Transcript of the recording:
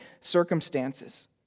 circumstances